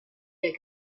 der